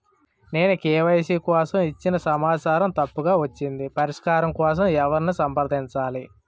నేను కే.వై.సీ కోసం ఇచ్చిన సమాచారం తప్పుగా వచ్చింది పరిష్కారం కోసం ఎవరిని సంప్రదించాలి?